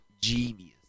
genius